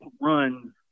runs